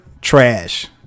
Trash